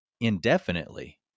indefinitely